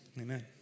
Amen